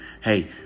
Hey